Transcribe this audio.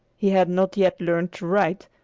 he had not yet learned to write,